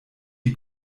die